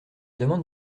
demande